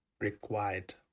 required